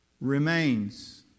remains